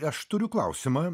aš turiu klausimą